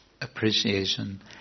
appreciation